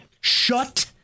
shut